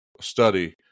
study